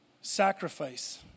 Sacrifice